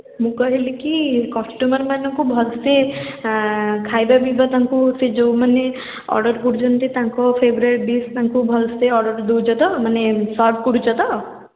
ମୁଁ କହିଲି କି କଷ୍ଟମର୍ ମାନଙ୍କୁ ଭଲ ସେ ଖାଇବା ପିଇବା ତାଙ୍କୁ ସେଇ ଯେଉଁ ମାନେ ଅର୍ଡ଼ର୍ କରୁଛନ୍ତି ତାଙ୍କ ଫେବରେଟ୍ ଡିଶ୍ ତାଙ୍କୁ ଭଲ ସେ ଅର୍ଡ଼ର୍ ଦେଉଛ ତ ମାନେ ସର୍ଭ କରୁଛ ତ